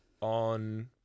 on